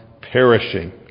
perishing